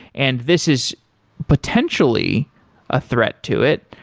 and this is potentially a threat to it.